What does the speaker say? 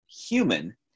human